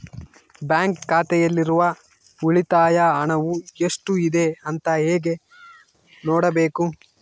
Bank ಖಾತೆಯಲ್ಲಿರುವ ಉಳಿತಾಯ ಹಣವು ಎಷ್ಟುಇದೆ ಅಂತ ಹೇಗೆ ನೋಡಬೇಕು?